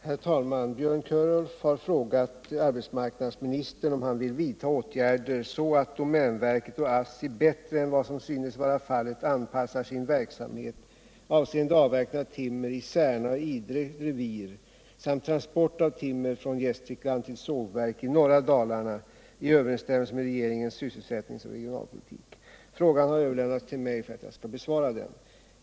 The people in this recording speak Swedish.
Herr talman! Björn Körlof har frågat arbetsmarknadsministern om han vill vidta åtgärder så att domänverket och ASSI bättre än vad som synes vara fallet anpassar sin verksamhet avseende avverkning av timmer i Särna och Idre revir samt transport av timmer från Gästrikland till sågverk i norra Dalarna i överensstämmelse med regeringens sysselsättningsoch regionalpolitik. Frågan har överlämnats till mig för att jag skall besvara den.